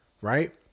right